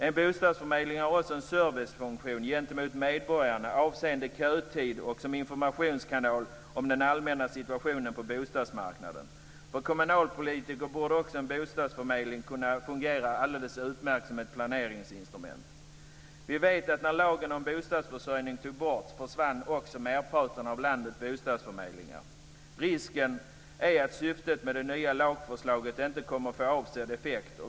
En bostadsförmedling är också en servicefunktion gentemot medborgarna avseende kötid och som informationskanal om den allmänna situationen på bostadsmarknaden. För kommunalpolitiker borde också en bostadsförmedling kunna fungera alldeles utmärkt som ett planeringsinstrument. Vi vet att när lagen om bostadsförsörjning togs bort så försvann också merparten av landets bostadsförmedlingar. Risken är att syftet med det nya lagförslaget inte kommer att få avsedd effekt.